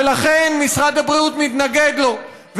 ולכן משרד הבריאות מתנגד לו,